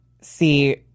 see